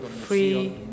free